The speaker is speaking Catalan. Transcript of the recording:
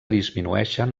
disminueixen